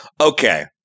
Okay